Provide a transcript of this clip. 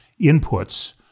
inputs